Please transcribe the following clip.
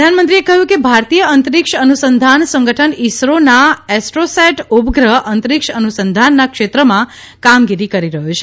પ્રધાનમંત્રીએ કહ્યું કે ભારતીય અંતરિક્ષ અનુસંધાન સંગઠન ઇસરોના એસ્ટ્રોસૈટ ઉપગ્રહ અંતરિક્ષ અનુસંધનના ક્ષેત્રમાં કામગીરી કરી રહ્યો છે